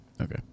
okay